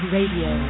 Radio